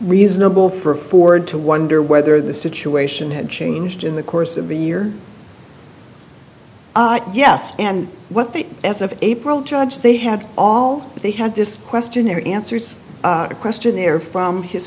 reasonable for ford to wonder whether the situation had changed in the course of a year yes and what that as of april charge they had all they had this questionnaire answers a questionnaire from his